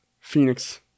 Phoenix